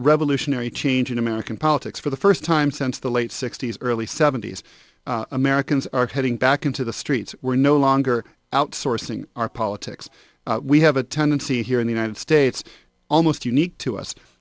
revolutionary change in american politics for the first time since the late sixty's early seventy's americans are heading back into the streets we're no longer outsourcing our politics we have a tendency here in the united states almost unique to us